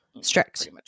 strict